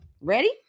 Ready